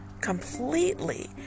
completely